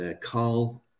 Carl